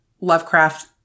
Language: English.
Lovecraft